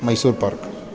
Mysore pak